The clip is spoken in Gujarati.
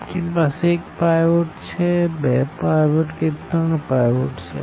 આપણી પાસે એક પાઈવોટ છેબે પાઈવોટ છે કે ત્રણ પાઈવોટ છે